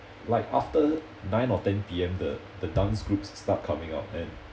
like after nine or ten P_M the the dance group start coming out and